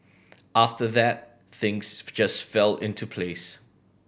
after that things just fell into place